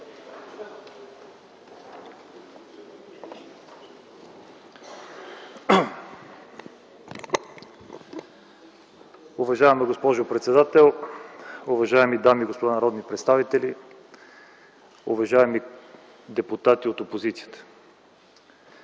Уважаема госпожо председател, уважаеми дами и господа народни представители, уважаеми депутати от опозицията!